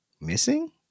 Missing